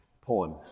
poem